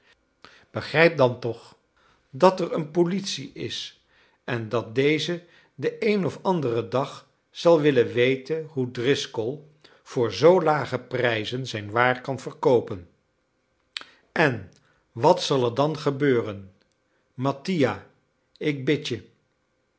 begrijp dan toch dat er een politie is en dat deze den een of anderen dag zal willen weten hoe driscoll voor zoo lage prijzen zijn waar kan verkoopen en wat zal er dan gebeuren mattia ik bid